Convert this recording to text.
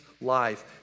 life